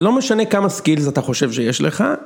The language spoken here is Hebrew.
לא משנה כמה סקילס אתה חושב שיש לך.